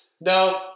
No